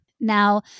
Now